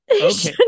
Okay